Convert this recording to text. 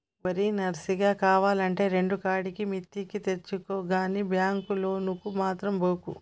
ఓరి నర్సిగా, కావాల్నంటే రెండుకాడికి మిత్తికి తెచ్చుకో గని బాంకు లోనుకు మాత్రం బోకు